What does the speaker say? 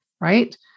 right